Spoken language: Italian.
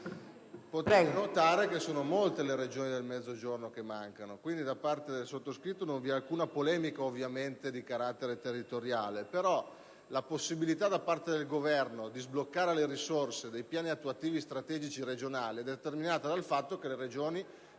potete notare che sono molte le Regioni del Mezzogiorno assenti. Da parte del sottoscritto ovviamente non vi è alcuna polemica di carattere territoriale, ma piuttosto la possibilità da parte del Governo di sbloccare le risorse dei piani attuativi strategici regionali, determinata dal fatto che le Regioni